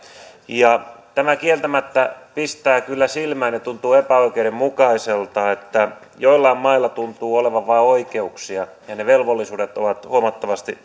tämä kieltämättä pistää kyllä silmään ja tuntuu epäoikeudenmukaiselta että joillain mailla tuntuu olevan vain oikeuksia ja velvollisuudet ovat huomattavasti